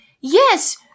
Yes